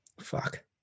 Fuck